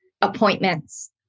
appointments